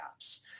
apps